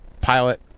pilot